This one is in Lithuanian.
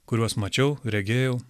kuriuos mačiau regėjau